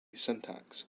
syntax